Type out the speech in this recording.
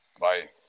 Bye